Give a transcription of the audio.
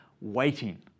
waiting